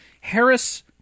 Harris